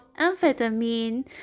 Amphetamine